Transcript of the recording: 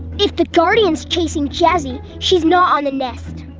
if the guardian's chasing jazzy, she's not on the nest.